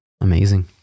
Amazing